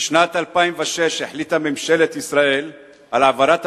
בשנת 2006 החליטה ממשלת ישראל על העברת